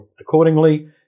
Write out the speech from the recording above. accordingly